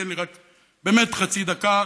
תן לי רק באמת חצי דקה,